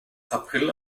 april